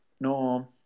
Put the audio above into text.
No